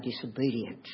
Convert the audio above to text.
disobedient